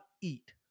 eat